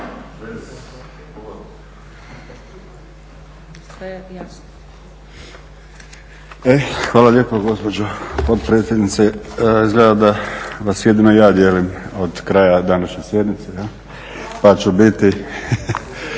Hvala lijepa gospođo potpredsjednice. Izgleda da vas jedino ja dijelim od kraja današnje sjednice jel' pa ću biti